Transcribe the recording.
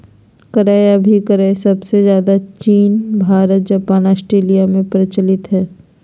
क्रय अभिक्रय सबसे ज्यादे चीन भारत जापान ऑस्ट्रेलिया में प्रचलित हय